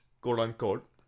quote-unquote